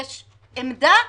יש עמדה.